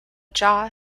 jaw